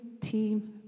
team